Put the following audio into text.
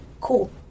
cool